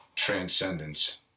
transcendence